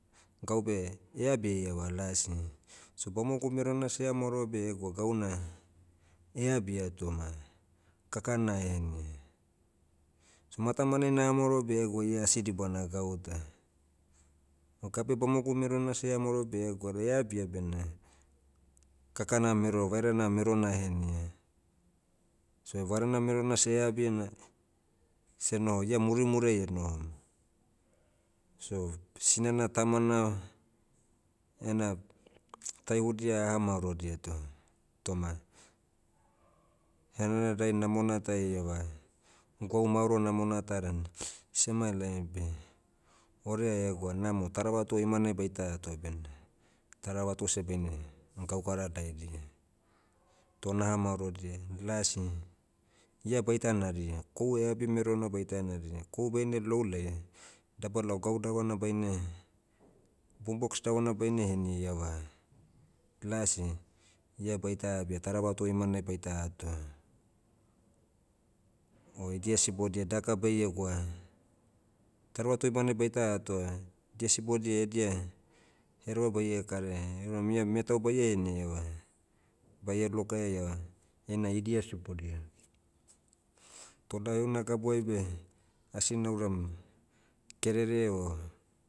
Gaube, eabia ieva lasi. So bamogu merona seh ea maoroa beh egwa gauna, eabia toma, kakana ehenia. So matamanai naha maoroa beh egwa ia asi dibana gauta. O gabeai bamogu merona seh ea maoro beh egwa eabia bena, kakana mero vairana merona ehenia. So vairana merona seh eabia na, seh noho. Ia murimuriai enohom. So sinana tamana, ena, taihudia aha maorodia toh- toma, henanadai namona ta iava, gwau maoro namona ta dan, semailai beh, orea egwa namo taravatu imanai baita ato benda, taravatu seh baine, gaukara laidia. Toh naha maorodia, lasi, ia baita naria. Kohu eabi merona baita naria. Kohu baine lou laia, dabalao gau davana baine, boom box davana baine heni ieva, lasi, ia baita abia taravatu imanai baita atoa. O idia sibodia daka baie gwa, taravatu imanai baita atoa, dia sibodia edia, hereva baie karaia. Euram ia metau baie henia eva, baie lokaia ieva, heina idia sibodia. Toh lau heuna gabuai beh, asi nauram, kerere o,